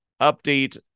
update